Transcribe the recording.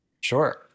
Sure